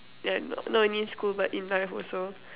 ya not only school but in life also